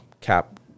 cap